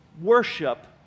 worship